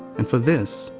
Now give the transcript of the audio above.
and for this,